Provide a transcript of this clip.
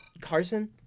Carson